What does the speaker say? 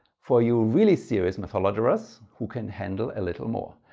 for you really serious mathologerers who can handle a little more,